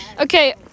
Okay